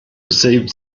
received